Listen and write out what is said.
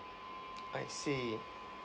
I see